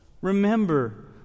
remember